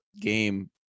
game